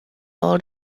all